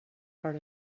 part